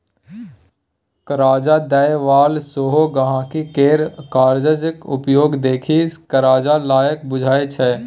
करजा दय बला सेहो गांहिकी केर करजाक उपयोग देखि करजा लायक बुझय छै